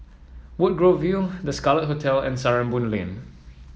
Woodgrove View The Scarlet Hotel and Sarimbun Lane